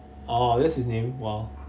oh that's his name !wah!